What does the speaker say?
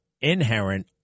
inherent